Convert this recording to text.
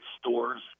stores